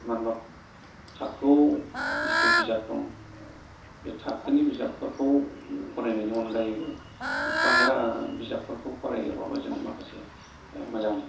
मानो होनबा थाखोआव जिथु बिजाब दं बे थाखोनि बिजाबफोरखौ फरायनायनि अनगायैबो बाहेरा बिजाबफोरखौ फरायोबाबो जों माखासे मोजां